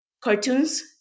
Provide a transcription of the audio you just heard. cartoons